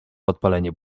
podpalenie